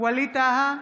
ווליד טאהא,